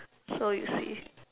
so you see